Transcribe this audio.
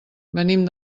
venim